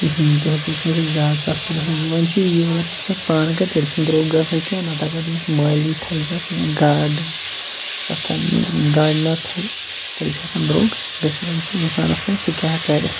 کِہیٖنۍ تِتھ پٲٹھۍ چھُنہٕ زیادٕ سَستہٕ گژھان کینٛہہ وَنۍ چھِ یی اگر ییٚمہِ ساتہٕ پانہٕ کَرِ تیٚلہِ چھُنہٕ درٛوٚگ گژھان کینٛہہ نَتہٕ تٔمِس مٲلۍ تھٲیِو تَتھ یا گاڈَن تَتھ گاڈنَر تھایہِ تیٚلہِ چھُ ہٮ۪کان درٛوٚگ گٔژھِتھ وَنۍ چھِ اِنسانَس تانۍ سُہ کیٛاہ کَرِ